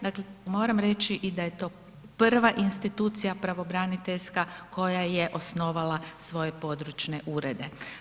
Dakle, moram reći i da je to prva institucija pravobraniteljska koja je osnovala svoje područne urede.